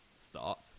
start